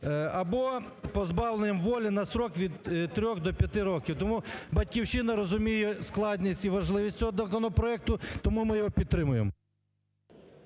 або позбавленням волі на строк від 3 до 5 років. Тому "Батьківщина" розуміє складність і важливість цього законопроекту. Тому ми його підтримуємо.